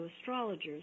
astrologers